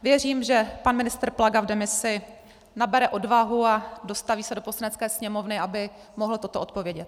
Věřím, že pan ministr Plaga v demisi nabere odvahu a dostaví se do Poslanecké sněmovny, aby mohl toto odpovědět.